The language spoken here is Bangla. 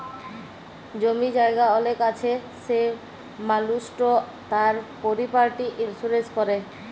জমি জায়গা অলেক আছে সে মালুসট তার পরপার্টি ইলসুরেলস ক্যরে